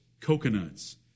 Coconuts